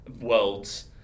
worlds